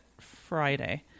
Friday